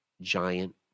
giant